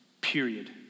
period